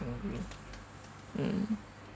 hungry mm